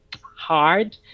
hard